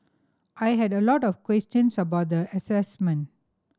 I had a lot of questions about the assignment